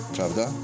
Prawda